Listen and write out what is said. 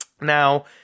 Now